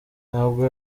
ntabwo